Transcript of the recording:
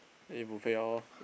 eat buffet lor